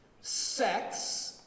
Sex